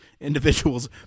individuals